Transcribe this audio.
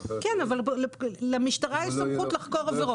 כן, אבל למשטרה יש סמכות לחקור עבירות.